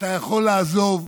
אתה יכול לעזוב.